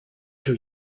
two